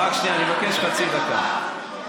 אני מבקש חצי דקה.